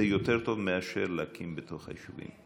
זה יותר טוב מאשר להקים בתוך היישובים.